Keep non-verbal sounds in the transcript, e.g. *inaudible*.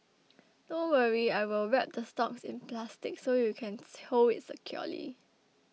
*noise* don't worry I will wrap the stalks in plastic so you can *unintelligible* hold it securely